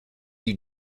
you